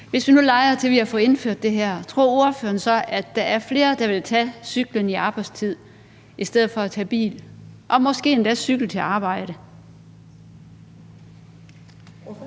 Hvis vi nu leger, at vi har fået indført det her, tror ordføreren så, at der er flere, der vil tage cyklen i arbejdstiden i stedet for at tage bilen og måske endda cykle til arbejde?